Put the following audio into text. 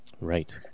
Right